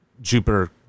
Jupiter